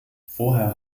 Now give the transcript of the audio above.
vorher